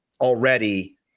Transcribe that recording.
already